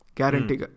Guarantee